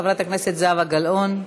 חברת הכנסת זהבה גלאון.